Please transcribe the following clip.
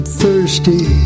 thirsty